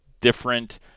different